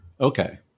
Okay